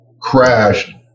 crashed